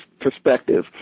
perspective